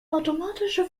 automatische